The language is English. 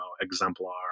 Exemplar